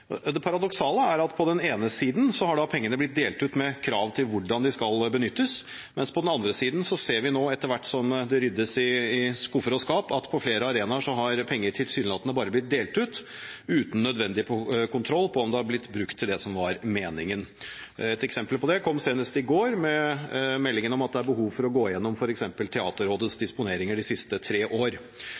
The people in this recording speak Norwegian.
Det paradoksale er at på den ene siden har pengene blitt delt ut med krav til hvordan pengene skal benyttes, mens på den andre siden ser vi, etter hvert som det ryddes i skuffer og skap, at på flere arenaer har penger tilsynelatende bare blitt delt ut, uten nødvendig kontroll på om de har blitt brukt til det som var meningen. Et eksempel på det kom senest i går med meldingen om at det er behov for å gå igjennom f. eks. Norsk teaterråds disponeringer de siste tre år.